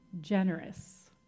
generous